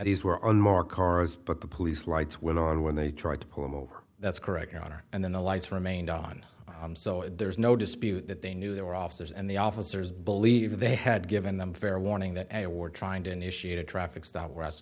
these were unmarked cars but the police lights went on when they tried to pull him over that's correct your honor and then the lights remained on so there's no dispute that they knew they were officers and the officers believe they had given them fair warning that a were trying to initiate a traffic stop were asking